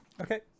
Okay